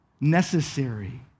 necessary